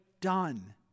done